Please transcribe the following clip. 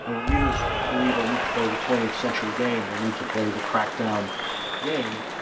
and when leaders believe they need to play the twentieth century game, they need to play the crackdown game.